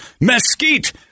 mesquite